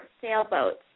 sailboats